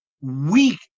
Weak